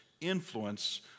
influence